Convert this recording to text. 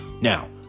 Now